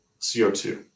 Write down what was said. CO2